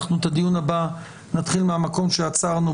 את הדיון הבא נתחיל מהמקום שעצרנו,